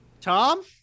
tom